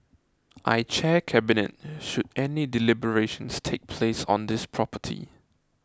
I chair Cabinet should any deliberations take place on this property